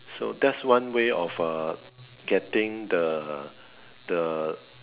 so that's one way of uh getting the the